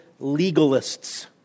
legalists